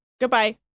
Goodbye